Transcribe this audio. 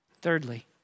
Thirdly